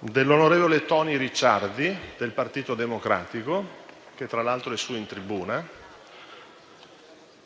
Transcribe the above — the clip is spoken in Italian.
dell'onorevole Toni Ricciardi del Partito Democratico (che tra l'altro è su in tribuna),